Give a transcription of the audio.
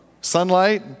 sunlight